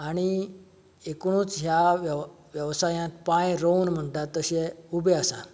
आनी एकुणूच ह्या वेव वेवसायांत पाय रोंवन म्हणटात तशें उबे आसात